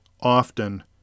often